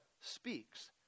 speaks